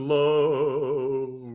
love